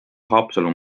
haapsalu